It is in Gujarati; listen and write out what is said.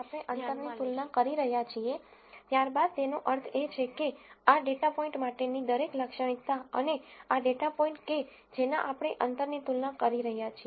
તેથી જયારે આપણે અંતરની તુલના કરી રહ્યા છીએ ત્યારબાદ તેનો અર્થ એ છે કે આ ડેટા પોઇન્ટ માટેની દરેક લાક્ષણિકતા અને આ ડેટા પોઇન્ટ કે જેના આપણે અંતરની તુલના કરી રહ્યા છીએ